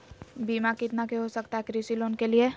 बीमा कितना के हो सकता है कृषि लोन के लिए?